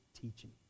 teaching